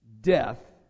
death